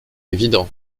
évident